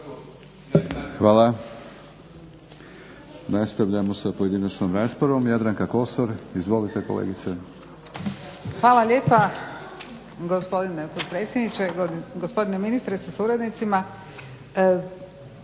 Hvala. Nastavljamo sa pojedinačnom raspravom, Jadranka Kosor. Izvolite kolegice. **Kosor, Jadranka (HDZ)** Hvala lijepa gospodine potpredsjedniče, gospodine ministre sa suradnicima.